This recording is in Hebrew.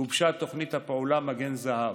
גובשה תוכנית הפעולה מגן זהב.